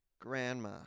Grandma